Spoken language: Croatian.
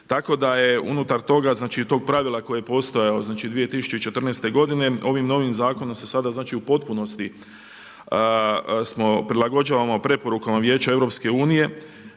tako da je unutar toga, znači tog pravila koji je postojao 2014. godine, ovim novim Zakonom se sada znači u potpunosti smo prilagođavamo preporukama Vijeća EU i